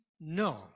no